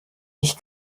ich